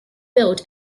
build